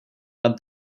but